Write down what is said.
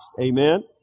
Amen